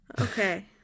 Okay